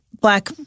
black